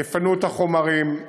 יפנו את החומרים.